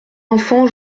enfant